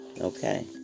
Okay